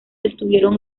estuvieron